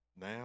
now